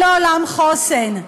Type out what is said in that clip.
לא לעולם חוסן.